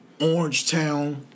Orangetown